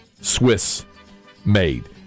Swiss-made